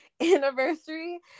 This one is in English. anniversary